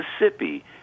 Mississippi